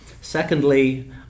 Secondly